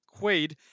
Quaid